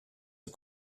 are